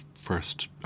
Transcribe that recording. first